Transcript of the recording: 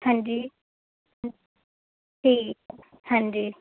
ਹਾਂਜੀ ਅਤੇ ਹਾਂਜੀ